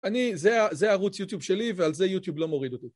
זה ערוץ יוטיוב שלי ועל זה יוטיוב לא מוריד אותי.